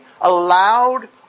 allowed